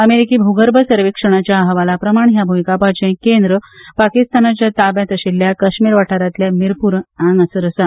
अमेरिकी भूगर्भ सर्वेक्षणाच्या अहवाला प्रमाण ह्या भ्र्यकांपाचें केंद्र पाकिस्तानाच्या ताब्यांत आशिल्ल्या कश्मीर वाठारांतल्या मीरपूर हांगासर आसा